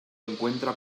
encuentra